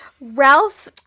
Ralph